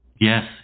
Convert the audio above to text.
Yes